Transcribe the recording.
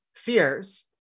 Fears